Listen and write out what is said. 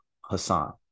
Hassan